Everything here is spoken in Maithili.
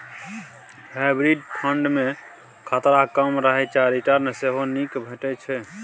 हाइब्रिड फंड मे खतरा कम रहय छै आ रिटर्न सेहो नीक भेटै छै